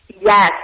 Yes